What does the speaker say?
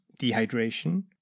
dehydration